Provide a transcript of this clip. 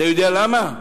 אתה יודע למה?